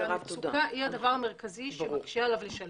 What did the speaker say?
שהמצוקה היא הדבר המרכזי שמקשה עליו לשלם.